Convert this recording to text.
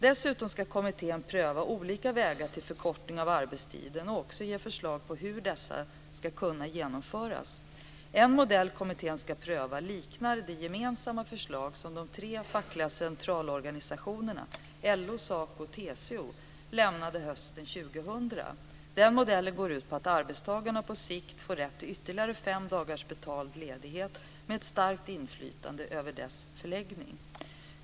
Dessutom ska kommittén pröva olika vägar till förkortning av arbetstiden och ge förslag på hur dessa ska kunna genomföras. En modell kommittén ska pröva liknar det gemensamma förslag som de tre fackliga centralorganisationerna LO, SACO och TCO lämnade hösten 2000. Modellen går ut på att arbetstagarna på sikt får rätt till ytterligare fem dagars betald ledighet med ett starkt inflytande över ledighetens förläggning.